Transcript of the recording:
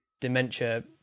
dementia